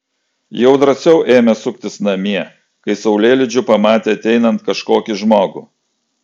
jau drąsiau ėmė suktis namie kai saulėlydžiu pamatė ateinant kažkokį žmogų